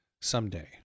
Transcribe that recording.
someday